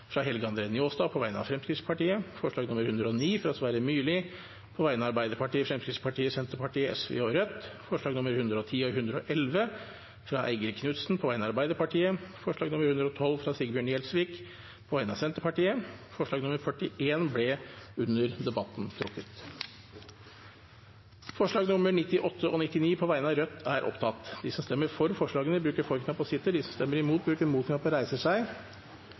fra Helge André Njåstad på vegne av Fremskrittspartiet forslag nr. 109, fra Sverre Myrli på vegne av Arbeiderpartiet, Fremskrittspartiet, Senterpartiet, Sosialistisk Venstreparti og Rødt forslagene nr. 110 og 111, fra Eigil Knutsen på vegne av Arbeiderpartiet forslag nr. 112, fra Sigbjørn Gjelsvik på vegne av Senterpartiet Forslag nr. 41 ble under debatten trukket. Det voteres over forslagene nr. 98 og 99, fra Rødt. Forslag nr. 98 lyder: «I statsbudsjettet for